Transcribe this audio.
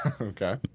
Okay